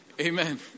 Amen